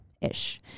ish